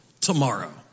tomorrow